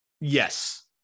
Yes